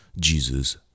Jesus